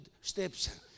steps